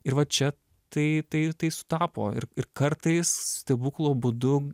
ir va čia tai tai tai sutapo ir ir kartais stebuklo būdu